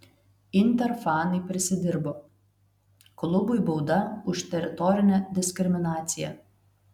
inter fanai prisidirbo klubui bauda už teritorinę diskriminaciją